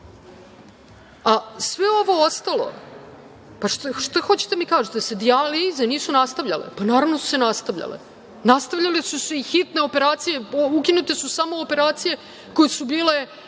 ovo ostalo, pa šta hoćete da mi kažete, da se dijalize nisu nastavljale, pa, naravno da su se nastavljale. Nastavljale su se i hitne operacije. Ukinute su sve operacije osim